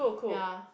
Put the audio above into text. ya